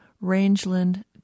rangeland